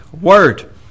word